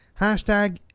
hashtag